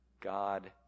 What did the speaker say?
God